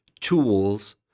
tools